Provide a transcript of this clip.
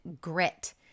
grit